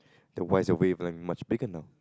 then why is wavelength much bigger now